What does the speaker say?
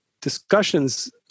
discussions